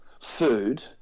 food